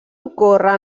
ocórrer